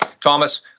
Thomas